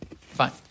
Fine